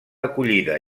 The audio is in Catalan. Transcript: acollida